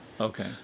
Okay